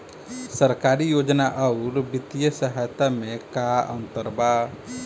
सरकारी योजना आउर वित्तीय सहायता के में का अंतर बा?